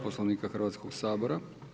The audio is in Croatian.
Poslovnika Hrvatskoga sabora.